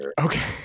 Okay